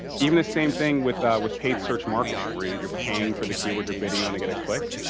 even the same thing with with paid search marketing where you're paying for the keywords you're bidding on to get a click.